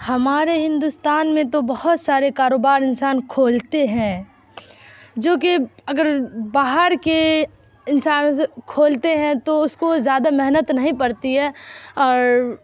ہمارے ہندوستان میں تو بہت سارے کاروبار انسان کھولتے ہیں جو کہ اگر باہر کے انسان کھولتے ہیں تو اس کو زیادہ محنت نہیں پڑتی ہے اور